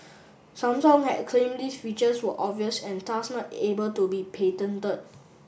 Samsung had claimed these features were obvious and thus not able to be patented